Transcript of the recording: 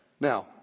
Now